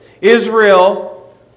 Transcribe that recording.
Israel